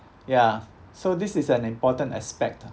ya so this is an important aspect ah